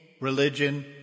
religion